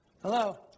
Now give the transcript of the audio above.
Hello